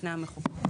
בפני המחוקק.